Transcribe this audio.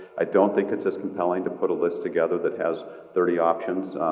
i don't think it's as compelling to put a list together that has thirty options.